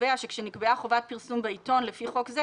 שקובע שכאשר נקבעה חובת פרסום בעיתון לפי חוק זה,